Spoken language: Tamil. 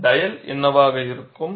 டயல் என்னவாக இருக்க வேண்டும்